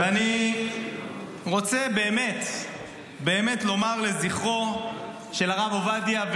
ואני רוצה באמת לומר לזכרו של הרב עובדיה,